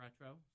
retro